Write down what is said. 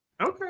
Okay